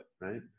right